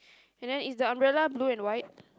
and then is the umbrella blue and white